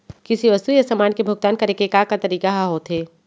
किसी वस्तु या समान के भुगतान करे के का का तरीका ह होथे?